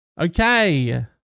okay